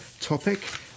topic